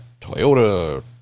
Toyota